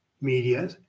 media